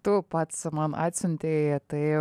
tu pats man atsiuntei tai